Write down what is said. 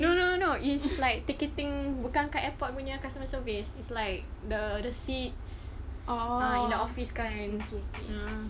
no no no it's like ticketing bukan kat airport punya customer service it's like the the seats err kind of office kind